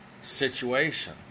situation